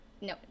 No